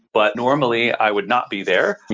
but normally i would not be there.